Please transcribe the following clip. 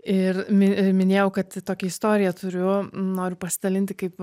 ir minėjau kad tokią istoriją turiu noriu pasidalinti kaip